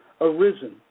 arisen